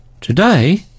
Today